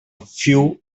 few